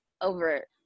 over